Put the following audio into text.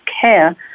care